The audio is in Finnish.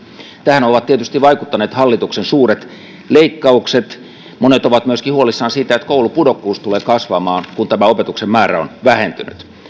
tähän ovat tietysti vaikuttaneet hallituksen suuret leikkaukset monet ovat myöskin huolissaan siitä että koulupudokkuus tulee kasvamaan kun opetuksen määrä on vähentynyt